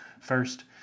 first